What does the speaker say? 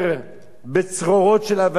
בצרורות של אבנים וסלעים,